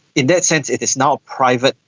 in that sense it is now private,